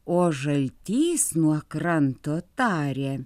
o žaltys nuo kranto tarė